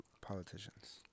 politicians